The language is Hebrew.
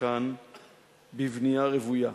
וחלקן בבנייה רוויה.